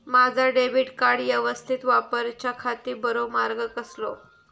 माजा debit card यवस्तीत वापराच्याखाती बरो मार्ग कसलो?